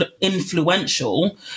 influential